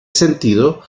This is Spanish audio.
sentido